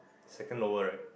second lower right